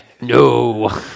no